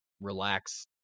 relax